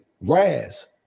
Raz